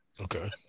Okay